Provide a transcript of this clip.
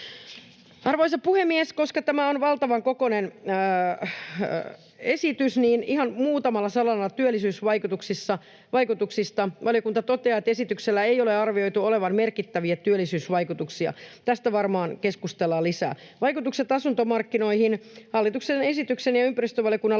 Arvoisa puhemies! Koska tämä on valtavan kokoinen esitys, niin ihan muutamalla sanalla työllisyysvaikutuksista. Valiokunta toteaa, että esityksellä ei ole arvioitu olevan merkittäviä työllisyysvaikutuksia. Tästä varmaan keskustellaan lisää. Vaikutukset asuntomarkkinoihin: Hallituksen esityksen ja ympäristövaliokunnan